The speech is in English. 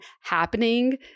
happening